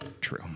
true